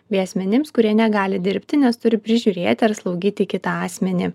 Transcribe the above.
bei asmenims kurie negali dirbti nes turi prižiūrėti ar slaugyti kitą asmenį